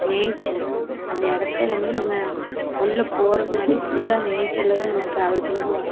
nature அந்த இடத்த வந்து நம்ம உள்ளே போறதுக்கு முன்னாடி ஃபுல்லாக நேச்சரில் தான் நம்ம ட்ராவல் பண்ணி போவோம்